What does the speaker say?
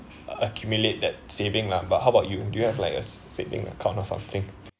accumulate that saving lah but how about you do you have like a saving account or something